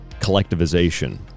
collectivization